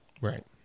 Right